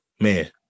man